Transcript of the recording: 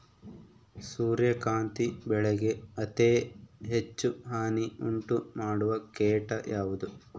ಸೂರ್ಯಕಾಂತಿ ಬೆಳೆಗೆ ಅತೇ ಹೆಚ್ಚು ಹಾನಿ ಉಂಟು ಮಾಡುವ ಕೇಟ ಯಾವುದು?